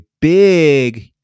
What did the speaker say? big